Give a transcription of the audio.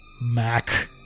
Mac